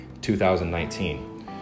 2019